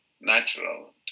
natural